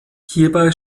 hierbei